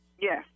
Yes